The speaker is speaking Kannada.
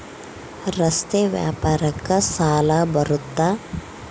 ರಸ್ತೆ ವ್ಯಾಪಾರಕ್ಕ ಸಾಲ ಬರುತ್ತಾ?